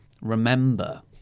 remember